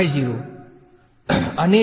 વિદ્યાર્થી